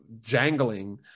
jangling